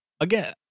again